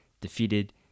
defeated